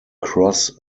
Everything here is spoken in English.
cross